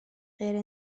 غیر